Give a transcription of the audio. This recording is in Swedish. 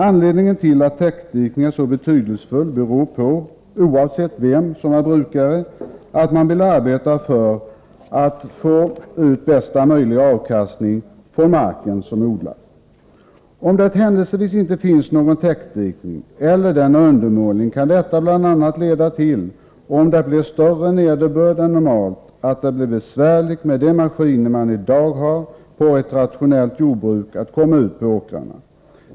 Anledningen till att täckdikning är så betydelsefull är att man, oavsett vem som är brukare, vill arbeta för att få ut bästa möjliga avkastning från marken som odlas. Om det händelsevis inte finns någon täckdikning eller om den är undermålig, kan detta — om det blir större nederbörd än normalt — bl.a. leda till att det med de maskiner man i dag har på ett rationellt jordbruk blir besvärligt att komma ut på åkrarna.